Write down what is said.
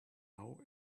now